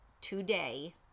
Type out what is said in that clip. today